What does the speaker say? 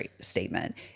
statement